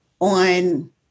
on